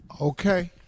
Okay